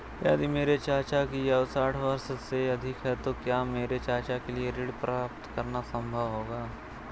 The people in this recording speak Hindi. यदि मेरे चाचा की आयु साठ वर्ष से अधिक है तो क्या मेरे चाचा के लिए ऋण प्राप्त करना संभव होगा?